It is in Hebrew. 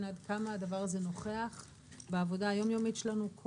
עד כמה הדבר הזה נוכח בעבודה היומיומית שלנו.